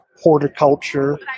horticulture